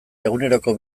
eguneroko